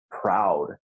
proud